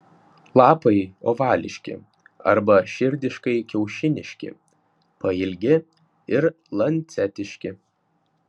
lapai ovališki arba širdiškai kiaušiniški pailgi ir lancetiški